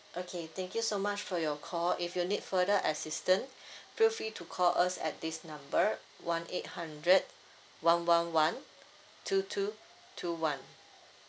okay thank you so much for your call if you need further assistance feel free to call us at this number one eight hundred one one one two two two one